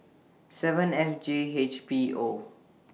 seven F J H P O